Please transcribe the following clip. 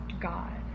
God